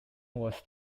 was